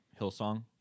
hillsong